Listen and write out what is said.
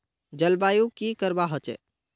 जलवायु की करवा होचे?